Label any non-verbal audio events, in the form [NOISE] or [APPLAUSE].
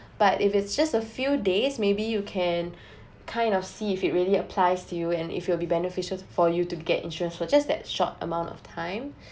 [BREATH] but if it's just a few days maybe you can [BREATH] kind of see if it really applies to you and if it will be beneficial for you to get insurance for just that short amount of time [BREATH]